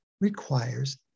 requires